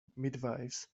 midwifes